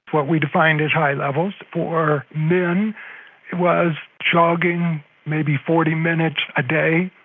what we defined as high levels for men was jogging maybe forty minutes a day,